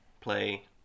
play